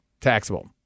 taxable